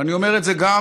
אני אומר את זה גם